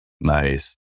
Nice